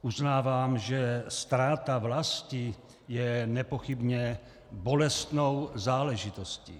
Uznávám, že ztráta vlasti je nepochybně bolestnou záležitostí.